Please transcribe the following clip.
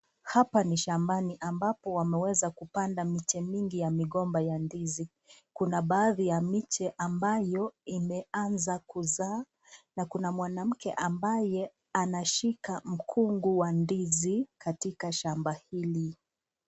Hapa ni shambani ambapo waneweza kupanda miche mingi ya migomba ya ndizi .Kuna baadhi ya miche ambayo imeanza kuzaa na kuna mwanamke ambaye ameshika mkungu wa ndizi katika shamba hili.